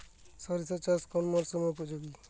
সরিষা চাষ কোন মরশুমে উপযোগী?